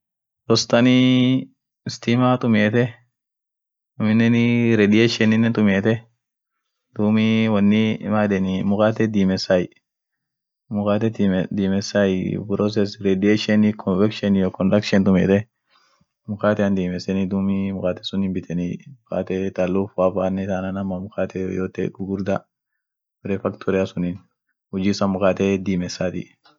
Suuwin mashinin sunii akishin huji midaasit, woya hoditie, mashinen sun diko fakantua, mil irdadabeteni gar jalasun liilan woya taa baa doofamt ama ta muziimanenii akas hodenie. woya suniin hodenie woishin huji ishian woya hodaati woya ta doifamte ama woya dedertua ama gagabaabdu yote unum midaasitie. woya size punguuzaatiinen mal ishin gudio punguuzaaatin fitin hinmidaasit